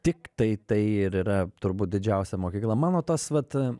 tiktai tai ir yra turbūt didžiausia mokykla mano tos vat